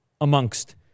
amongst